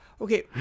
Okay